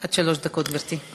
עד שלוש דקות, גברתי.